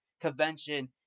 convention